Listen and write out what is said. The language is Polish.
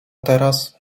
teraz